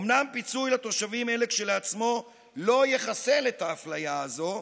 אומנם פיצוי לתושבים אלה כשלעצמו לא יחסל את האפליה הזו,